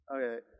Okay